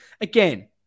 Again